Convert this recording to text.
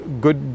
good